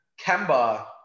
Kemba